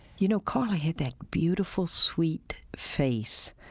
you know, karla had that beautiful, sweet face.